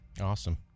Awesome